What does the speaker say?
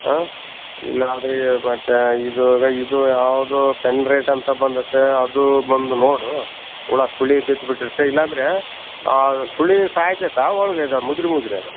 ಹಾಂ ಇಲ್ಲ ಅದೇ ಮತ್ತೆ ಇದು ಇದು ಯಾವುದು ಪೆನ್ರೇಟ್ ಅಂತ ಬಂದದೆ ಅದೂ ಬಂದು ನೋಡು ಹುಳ ಸುಳಿ ಬಿದ್ಬಿಟ್ಟಿರತ್ತೆ ಇಲ್ಲಂದರೆ ಸುಳಿ ಸಾಯ್ತೈತಾ ಒಳ್ಗೆ ಇದು ಮುದುರಿ ಮುದುರಿ